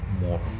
more